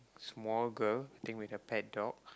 small girl I think with a pet dog